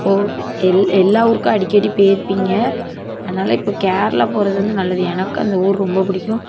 எல்லா ஊருக்கும் அடிக்கடி போயிருப்பீங்க அதனால் இப்போ கேரளா போகிறது வந்து நல்லது எனக்கு அந்த ஊர் ரொம்ப பிடிக்கும்